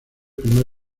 primer